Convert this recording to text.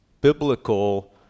biblical